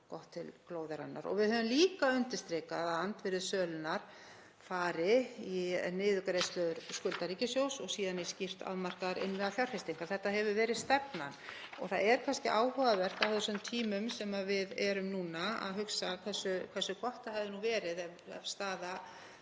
gott til glóðarinnar. Við höfum líka undirstrikað að andvirði sölunnar fari í niðurgreiðslur skulda ríkissjóðs og síðan í skýrt afmarkaða innviðafjárfestingu. Þetta hefur verið stefnan. Það er kannski áhugavert á þessum tímum sem við erum núna að hugsa hversu gott það hefði nú verið ef staða